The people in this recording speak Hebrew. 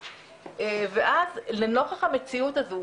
ואז לנוכח המציאות הזו,